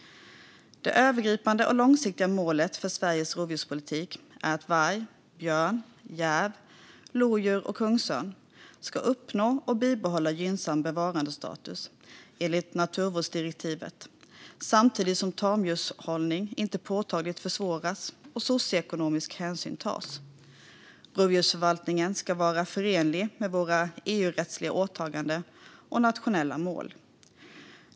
Det övergripande och långsiktiga målet för Sveriges rovdjurspolitik är att varg, björn, järv, lodjur och kungsörn ska uppnå och bibehålla gynnsam bevarandestatus enligt naturvårdsdirektivet samtidigt som tamdjurshållning inte påtagligt försvåras och socioekonomisk hänsyn tas. Rovdjursförvaltningen ska vara förenlig med våra EU-rättsliga åtaganden och nationella mål.